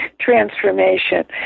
transformation